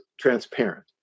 transparent